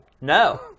No